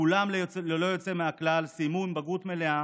כולם ללא יוצא מהכלל סיימו עם בגרות מלאה.